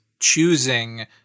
choosing